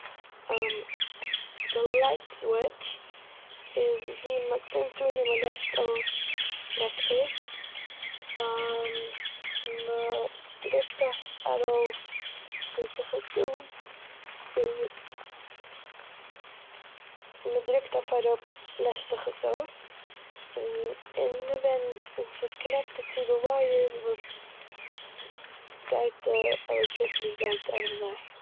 די לייט סוויטש איז ווי מ'צינד אן און מ'לעשט אויס לעקטערס, מ'דרוקט אויף ארויף צינד זיך עס אן און מ'- מ'דרוקט אויף אראפ לעשט זיך עס אויס, און- און ווען ס'איז קאנעקטעט צו די ווייערס וואס- גייט די עלעקטעריסעטי גייט דורך זיי.